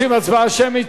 רוצים הצבעה שמית,